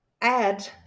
add